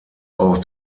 auch